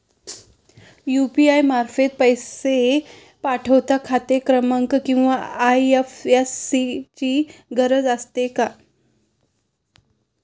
UPI मार्फत पैसे पाठवता खाते क्रमांक किंवा आय.एफ.एस.सी ची गरज असते का?